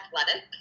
athletic